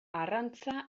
arrantza